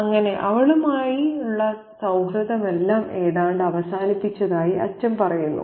അങ്ങനെ അവളുമായുള്ള സൌഹൃദമെല്ലാം ഏതാണ്ട് അവസാനിപ്പിച്ചതായി അച്ഛൻ പറയുന്നു